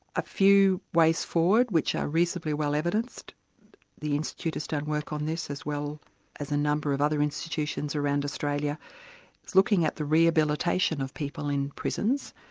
a few ways forward which are reasonably well evidenced the institute has done work on this as well as a number of other institutions around australia is looking at the rehabilitation of people in prisons